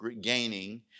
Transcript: gaining